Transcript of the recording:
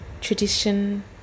tradition